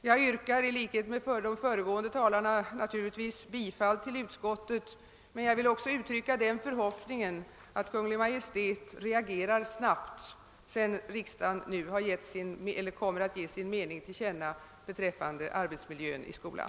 Jag yrkar i likhet med de föregående talarna bifall till utskottets hemställan men vill också uttrycka den förhoppningen att Kungl. Maj:t reagerar snabbt sedan riksdagen nu ger sin mening till känna beträffande arbetsmiljön i skolan.